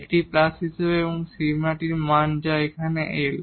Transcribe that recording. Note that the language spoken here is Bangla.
একটি প্লাস হিসাবে এই সীমাটির মান যা সেখানে L